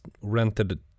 rented